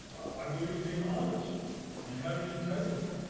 i believe in being honest and having integrity.